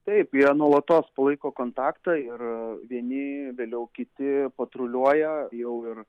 taip jie nuolatos palaiko kontaktą ir vieni vėliau kiti patruliuoja jau ir